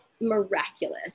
miraculous